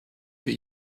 für